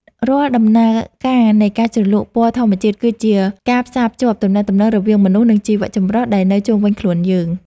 រាល់ដំណើរការនៃការជ្រលក់ពណ៌ធម្មជាតិ គឺជាការផ្សារភ្ជាប់ទំនាក់ទំនងរវាងមនុស្ស និង ជីវចម្រុះដែលនៅជុំវិញខ្លួនយើង។